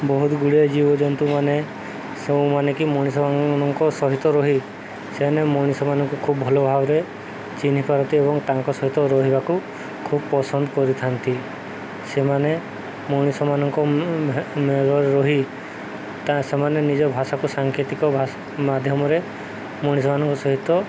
ବହୁତ ଗୁଡ଼ିଏ ଜୀବଜନ୍ତୁ ମାନେ ସେମାନେ କି ମଣିଷମାନଙ୍କ ସହିତ ରହି ସେମାନେ ମଣିଷମାନଙ୍କୁ ଖୁବ ଭଲ ଭାବରେ ଚିହ୍ନିପାରନ୍ତି ଏବଂ ତାଙ୍କ ସହିତ ରହିବାକୁ ଖୁବ ପସନ୍ଦ କରିଥାନ୍ତି ସେମାନେ ମଣିଷମାନଙ୍କ ରହି ତା' ସେମାନେ ନିଜ ଭାଷାକୁ ସାଙ୍କେତିକ ମାଧ୍ୟମରେ ମଣିଷମାନଙ୍କ ସହିତ